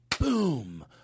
Boom